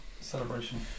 celebration